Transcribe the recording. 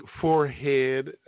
forehead